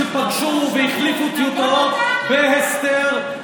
שפגשו והחליפו טיוטות בהסתר,